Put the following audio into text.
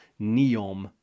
Neom